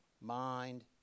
mind